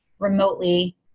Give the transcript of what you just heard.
remotely